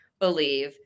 believe